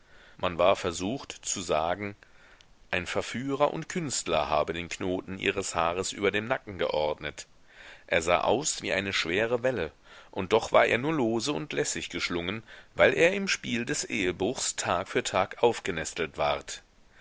man war versucht zu sagen ein verführer und künstler habe den knoten ihres haares über dem nacken geordnet er sah aus wie eine schwere welle und doch war er nur lose und lässig geschlungen weil er im spiel des ehebruchs tag für tag aufgenestelt ward